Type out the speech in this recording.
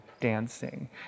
dancing